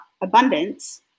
abundance